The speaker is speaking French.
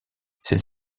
ses